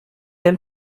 elle